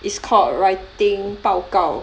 is called writing 报告